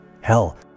Hell